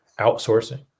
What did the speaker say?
outsourcing